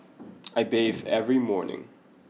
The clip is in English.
I bathe every morning